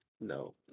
No